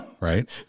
right